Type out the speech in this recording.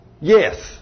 Yes